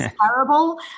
terrible